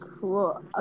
Cool